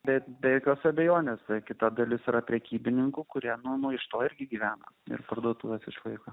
bet be jokios abejonės kita dalis yra prekybininkų kurie mano istorija gyvena ir parduotuvės išvaizda